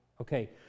Okay